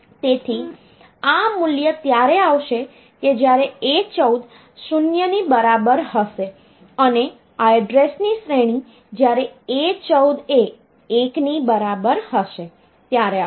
તેથી આ મૂલ્ય ત્યારે આવશે કે જ્યારે A14 0 ની બરાબર હશે અને આ એડ્રેસની શ્રેણી જ્યારે A14 એ 1 ની બરાબર હશે ત્યારે આવશે